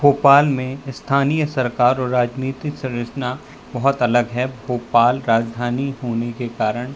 भोपाल में स्थानीय सरकार और राजनीतिक संरचना बहुत अलग है भोपाल राजधानी होने के कारण